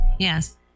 Yes